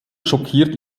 schockiert